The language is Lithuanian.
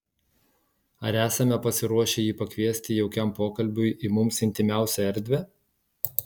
ar esame pasiruošę jį pakviesti jaukiam pokalbiui į mums intymiausią erdvę